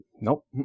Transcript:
Nope